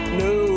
no